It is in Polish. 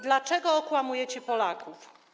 Dlaczego okłamujecie Polaków?